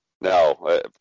No